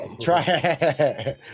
Try